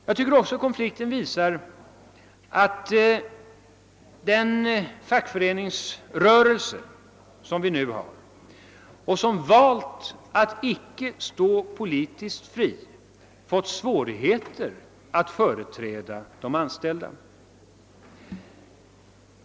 Jag tycker också att konflikten visar, att vår nuvarande fackföreningsrörelse, som valt att icke stå politiskt fri, fått svårigheter när det gäller att företräda de anställda.